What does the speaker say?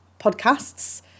podcasts